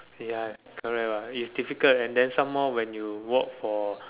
ya correct lah it's difficult and then some more when you work for